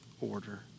order